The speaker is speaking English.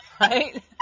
Right